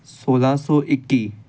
ਸੋਲ੍ਹਾਂ ਸੌ ਇੱਕੀ